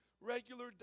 regular